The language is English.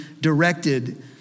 directed